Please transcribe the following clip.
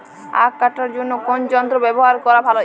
আঁখ কাটার জন্য কোন যন্ত্র ব্যাবহার করা ভালো?